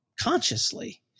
consciously